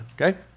okay